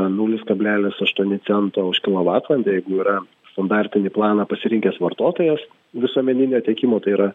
nulis kablelis aštuoni cento už kilovatvalandę jeigu yra standartinį planą pasirinkęs vartotojas visuomeninio tiekimo tai yra